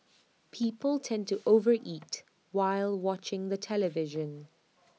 people tend to over eat while watching the television